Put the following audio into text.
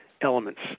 elements